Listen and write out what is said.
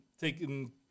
taking